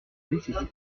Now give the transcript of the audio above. nécessaire